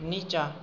निचाँ